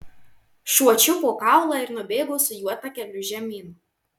šuo čiupo kaulą ir nubėgo su juo takeliu žemyn